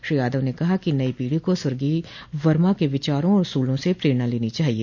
श्री यादव ने कहा कि नई पीढ़ी को स्वर्गोय वर्मा के विचारों और उसूलों से प्रेरणा लेनी चाहिए